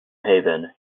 haven